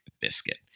biscuit